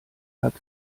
hat